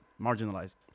marginalized